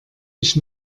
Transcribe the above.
ich